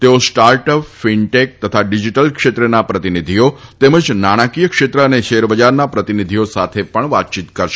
તેઓ startup fintech તથા digital ક્ષેત્રના પ્રતિનિધિઓ તેમજ નાણાંકીય ક્ષેત્ર અને શેરબજારના પ્રતિનિધિઓ સાથે પણ વાતચીત કરશે